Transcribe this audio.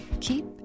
keep